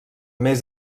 més